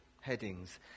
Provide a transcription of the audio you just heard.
headings